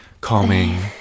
calming